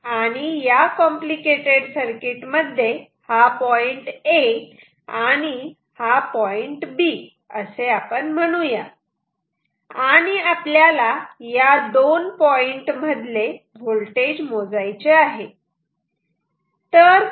आणि या complicated circuit मध्ये हा पॉईंट A आणि हा पॉईंट B असे म्हणू या आणि आपल्याला या दोन पॉईंट मधील व्होल्टेज मोजायचे आहे